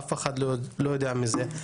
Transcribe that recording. אף אחד לא יודע מזה,